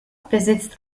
besitzt